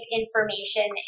information